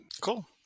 Cool